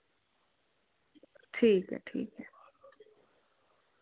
ठीक ऐ ठीक ऐ